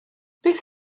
beth